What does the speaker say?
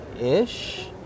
Ish